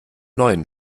neuen